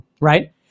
Right